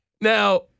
Now